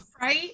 Right